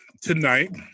tonight